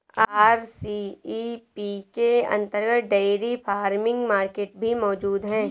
RCEP के अंतर्गत dairy farming market भी मौजूद है